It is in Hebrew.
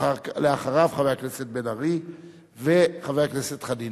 אחריה, חבר הכנסת בן-ארי וחבר הכנסת חנין.